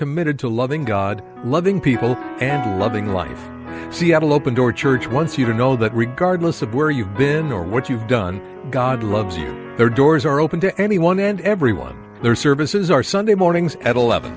committed to loving god loving people and loving life she had an open door church once you know that regardless of where you've been or what you've done god loves you there doors are open to anyone and everyone their services are sunday mornings at eleven